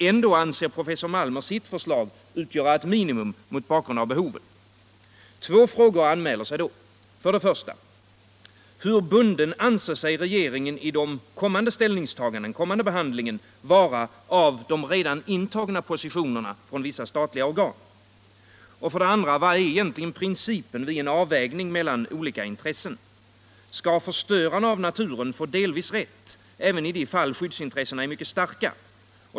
Ändå anser professor Malmer sitt förslag utgöra ett minimum mot bakgrund av behovet. 2. Vilken är egentligen principen vid en avvägning mellan olika intressen? Skall förstörarna av naturen få delvis rätt även i de fall skyddsintressena är mycket starka?